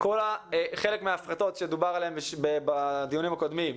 חלק מההפחתות שדובר עליהם בדיונים הקודמים,